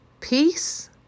peace